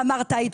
תמר תעיד,